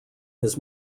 his